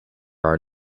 are